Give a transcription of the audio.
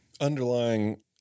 underlying